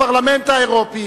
הפרלמנט האירופי